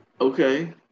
Okay